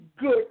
good